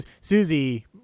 Susie